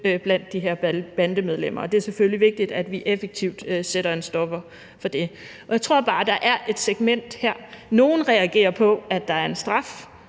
blandt de her bandemedlemmer. Og det er selvfølgelig vigtigt, at vi effektivt sætter en stopper for det. Jeg tror bare, at der er et særligt segment her. Nogle reagerer på, at der er en straf.